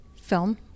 film